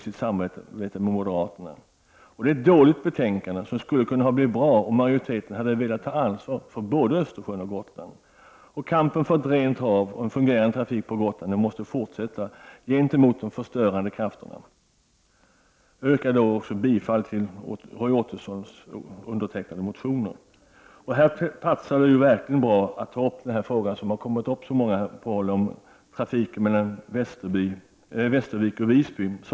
Detta är ett dåligt betänkande som skulle ha kunnat bli bra, om majoriteten hade velat ta ansvar för både Östersjön och Gotland. Kampen för ett rent hav och en fungerande trafik till och från Gotland måste fortsätta gentemot de förstörande krafterna. Jag yrkar bifall till de reservationer som har undertecknats av Roy Ottosson. I detta sammanhang platsar det verkligen bra att ta upp frågan om trafik under sommaren mellan Västervik och Visby.